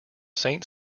saint